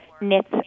knits